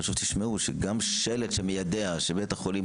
חשוב שתשמעו שגם שלט שמיידע שבית החולים